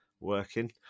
working